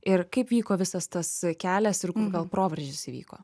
ir kaip vyko visas tas kelias ir kur gal proveržis įvyko